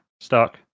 stuck